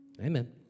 Amen